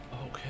Okay